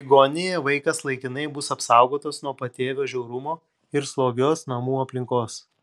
ligoninėje vaikas laikinai bus apsaugotas nuo patėvio žiaurumo ir slogios namų aplinkos